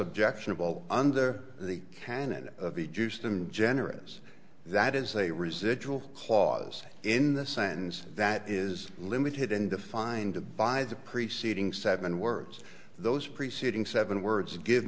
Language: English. objectionable under the canon of the juice them generous that is a residual clause in the sentence that is limited and defined by the preceding seven words those preceding seven words give